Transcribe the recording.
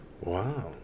Wow